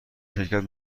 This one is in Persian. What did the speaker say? شرکت